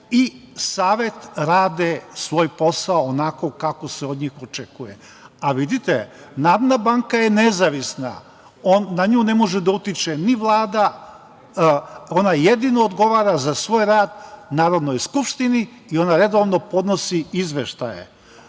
i Savet rade svoj posao onako kako se od njih očekuje. Vidite, Narodna banka je nezavisna, na nju ne može da utiče ni Vlada, ona jedino odgovara za svoj rad Narodnoj skupštini i ona redovno podnosi izveštaje.